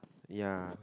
ya